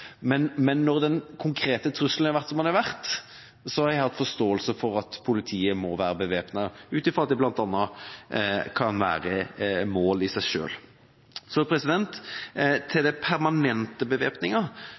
Men når den konkrete trusselen har vært som den har vært, har jeg hatt forståelse for at politiet må være bevæpnet, bl.a. ut ifra at de kan være mål i seg selv. Når det gjelder den permanente